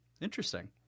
Interesting